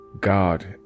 God